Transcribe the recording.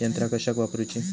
यंत्रा कशाक वापुरूची?